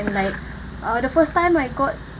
like uh the first time I got